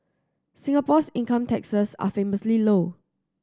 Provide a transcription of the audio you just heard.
Singapore's income taxes are famously low